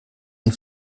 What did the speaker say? die